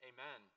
Amen